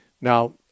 Now